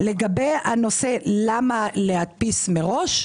למה להדפיס מראש?